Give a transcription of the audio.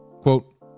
Quote